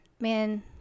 man